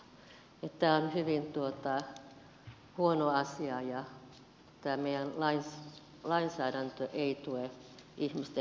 tämä on hyvin huono asia ja tämä meidän lainsäädäntö ei tue ihmisten yhdenvertaisuutta